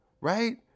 right